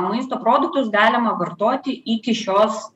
maisto produktus galima vartoti iki šios